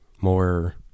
more